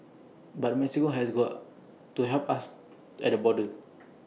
but Mexico has got to help us at the border